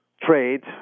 trade